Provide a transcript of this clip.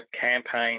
campaign